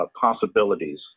possibilities